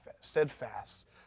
steadfast